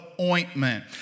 ointment